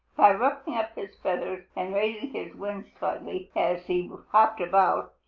by ruffling up his feathers and raising his wings slightly as he hopped about,